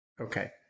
Okay